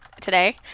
today